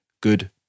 good